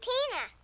Tina